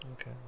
okay